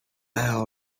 will